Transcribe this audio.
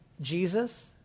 Jesus